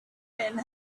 men